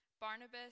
Barnabas